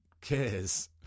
cares